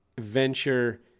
venture